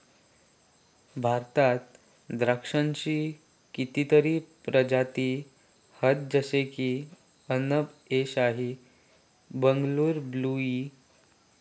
भारतात द्राक्षांची कितीतरी प्रजाती हत जशे की अनब ए शाही, बंगलूर ब्लू ई